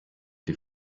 die